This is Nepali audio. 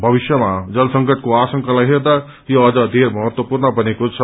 भविष्यमा जल संकटको आशंकलाई हेर्दा यो अझ धेर महत्वपूर्ण बनेको छ